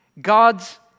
God's